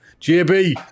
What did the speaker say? JB